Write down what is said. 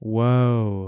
Whoa